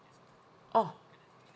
oh